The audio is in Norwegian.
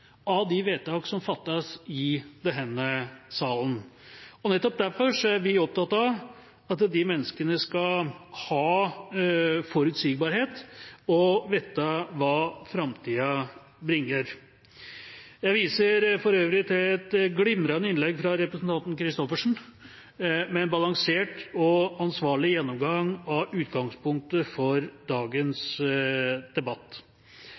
av de vedtak som fattes i denne salen. Nettopp derfor er vi opptatt av at disse menneskene skal ha forutsigbarhet og vite hva framtida bringer. Jeg viser for øvrig til det glimrende innlegget fra representanten Christoffersen, med en balansert og ansvarlig gjennomgang av utgangspunktet for dagens debatt.